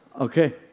Okay